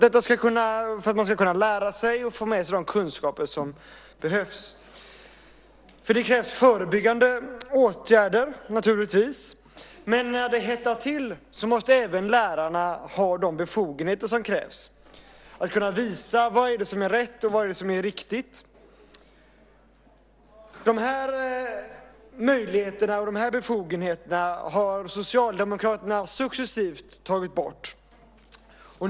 Det är för att man ska kunna lära sig och få med sig de kunskaper som behövs. För det krävs naturligtvis förebyggande åtgärder. Men när det hettar till måste även lärarna ha de befogenheter som krävs att kunna visa vad som är rätt och riktigt. De möjligheterna och befogenheterna har Socialdemokraterna successivt tagit bort.